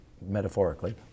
metaphorically